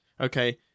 Okay